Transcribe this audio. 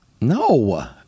No